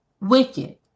wicked